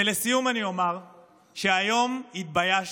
ולסיום אני אומר שהיום התביישתי,